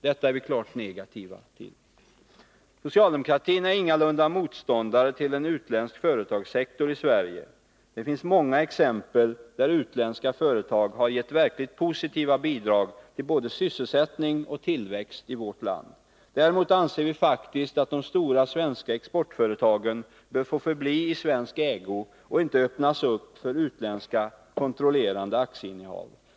Detta är vi klart negativa till. Socialdemokratin är ingalunda motståndare till en utländsk företagssektor i Sverige. Det finns många exempel där utländska företag har gett verkligt positiva bidrag till både sysselsättning och tillväxt i vårt land. Däremot anser vi faktiskt att de stora svenska exportföretagen bör få förbli i svensk ägo och inte öppnas upp för utländska kontrollerande aktieinnehav.